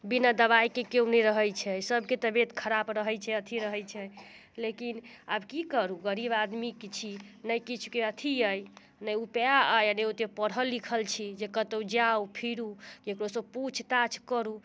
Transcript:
बिना दवाइके केओ नहि रहैत छै सबके तबियत खराब रहैत छै अथी रहैत छै लेकिन आब की करू गरीब आदमी छी नहि किछुके अथी अइ नहि उपाय अइ नहि ओते पढ़ल लिखल छी जे कतहुँ जाउ फिरू केकरोसँ पूछ ताछ करू